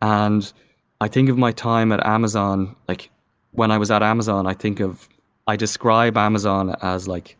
and i think of my time at amazon like when i was at amazon, i think of i describe amazon as like